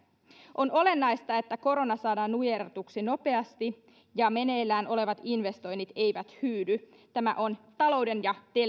on olennaista että korona saadaan nujerretuksi nopeasti ja meneillään olevat investoinnit eivät hyydy tämä on talouden ja